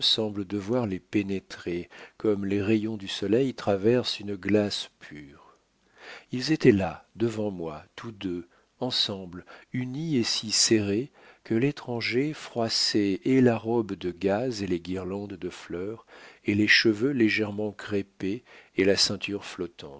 semble devoir les pénétrer comme les rayons du soleil traversent une glace pure ils étaient là devant moi tous deux ensemble unis et si serrés que l'étranger froissait et la robe de gaze et les guirlandes de fleurs et les cheveux légèrement crêpés et la ceinture